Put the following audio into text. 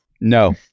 No